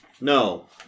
No